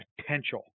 potential